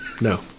No